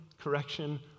correction